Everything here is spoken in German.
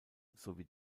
sowie